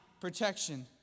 protection